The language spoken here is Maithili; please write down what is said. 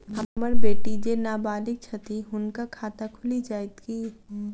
हम्मर बेटी जेँ नबालिग छथि हुनक खाता खुलि जाइत की?